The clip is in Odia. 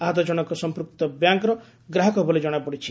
ଆହତ ଜଶକ ସମ୍ମୁକ୍ତ ବ୍ୟାଙ୍କର ଗ୍ରାହକ ବୋଲି ଜଣାପଡିଛି